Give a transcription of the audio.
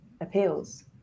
appeals